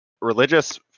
religious